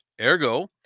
Ergo